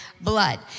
blood